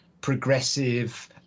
progressive